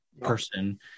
person